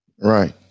Right